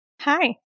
Hi